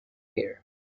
here